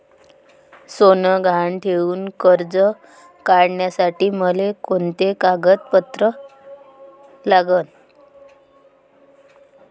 सोनं गहान ठेऊन कर्ज काढासाठी मले कोंते कागद लागन?